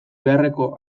beharreko